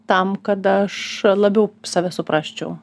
tam kad aš labiau save suprasčiau